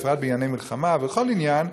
בפרט בענייני מלחמה ובכל עניין,